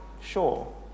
sure